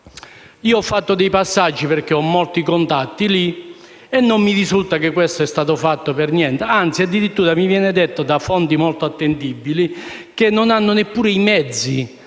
Io ho fatto dei passaggi, perché ho molti contatti lì, e non mi risulta che questo sia stato fatto; anzi, addirittura mi viene detto da fonti molto attendibili che non hanno neppure i mezzi